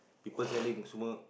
people selling semua